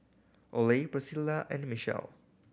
Oley Priscilla and Michell